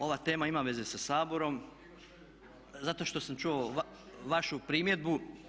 Ova tema ima veze sa Saborom zato što sam čuo vašu primjedbu.